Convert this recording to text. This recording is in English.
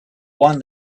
won